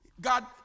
God